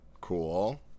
cool